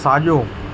साॼो